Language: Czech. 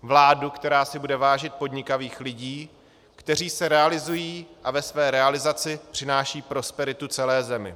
Vládu, která si bude vážit podnikavých lidí, kteří se realizují a ve své realizaci přinášejí prosperitu celé zemi.